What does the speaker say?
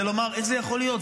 זה לומר, איך זה יכול להיות?